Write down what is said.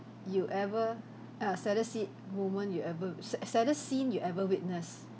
you ever uh saddest sce~ moment you ever s~ saddest scene you ever witnessed